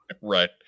Right